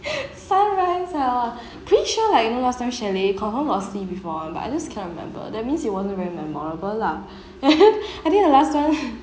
sunrise ah pretty sure like you know last time chalet confirm got see before but I just cannot remember that means it wasn't very memorable lah I think the last time